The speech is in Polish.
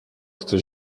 chce